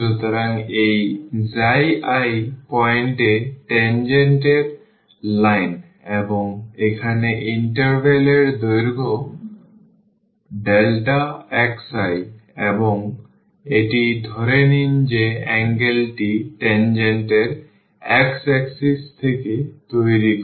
সুতরাং এই i point এ tangent এর লাইন এবং এখানে ইন্টারভ্যাল এর দৈর্ঘ্য xi এবং এটি ধরে নিন যে angle টি tangent এর x axis থেকে তৈরি করে